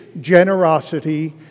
generosity